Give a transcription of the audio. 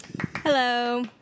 Hello